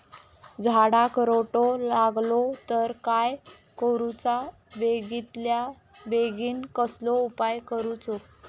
झाडाक रोटो लागलो तर काय करुचा बेगितल्या बेगीन कसलो उपाय करूचो?